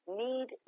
need